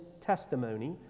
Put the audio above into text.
testimony